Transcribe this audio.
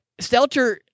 Stelter